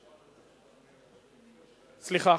סליחה,